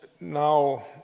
now